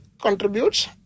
contributes